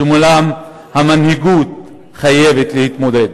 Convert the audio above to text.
שמולם המנהיגות חייבת להתמודד.